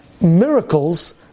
miracles